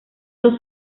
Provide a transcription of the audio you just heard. dos